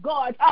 God